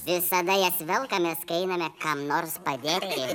visada jas velkamės kai einame kam nors padėti